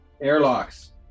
airlocks